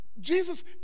Jesus